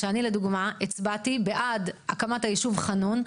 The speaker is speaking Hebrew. שאני לדוגמא הצבעתי בעד הקמת היישוב חנון,